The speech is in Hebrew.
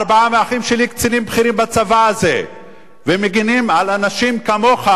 ארבעה מהאחים שלי קצינים בכירים בצבא הזה והם מגינים על אנשים כמוך,